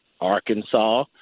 Arkansas